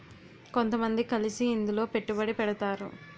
కొంతమంది కలిసి ఇందులో పెట్టుబడి పెడతారు